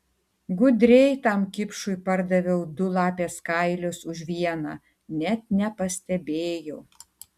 gudriai tam kipšui pardaviau du lapės kailius už vieną net nepastebėjo